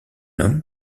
homme